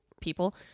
people